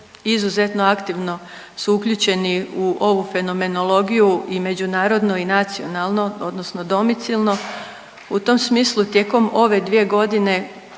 izuzetno aktivno su uključeni u ovu fenomenologiju i međunarodno i nacionalno odnosno domicilno. U tom smislu tijekom ove 2.g. to je